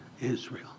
Israel